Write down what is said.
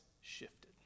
shifted